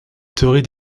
théorie